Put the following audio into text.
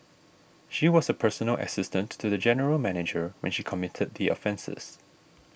she was a personal assistant to the general manager when she committed the offences